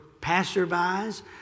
passerby's